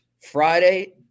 Friday